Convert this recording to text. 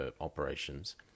operations